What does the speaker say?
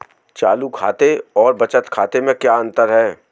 चालू खाते और बचत खाते में क्या अंतर है?